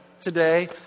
today